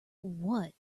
what